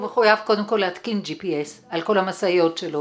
הוא מחויב להתקין G.P.S. על כל המשאיות שלו.